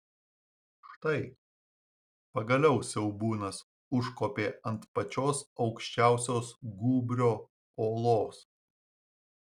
štai pagaliau siaubūnas užkopė ant pačios aukščiausios gūbrio uolos